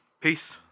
Peace